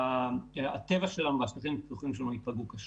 והטבע שלנו והשטחים הפתוחים ייפגעו קשות.